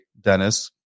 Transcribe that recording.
Dennis